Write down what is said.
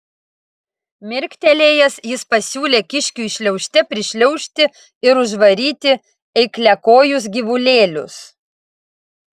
mirktelėjęs jis pasiūlė kiškiui šliaužte prišliaužti ir užvaryti eikliakojus gyvulėlius